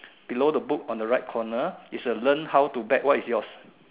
below the book on the right color is a learn how to bet what is yours